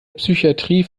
psychatrie